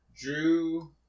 Drew